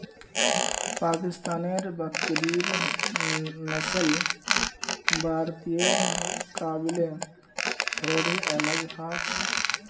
पाकिस्तानेर बकरिर नस्ल भारतीयर मुकाबले थोड़ी अलग ह छेक